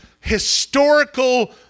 historical